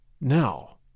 Now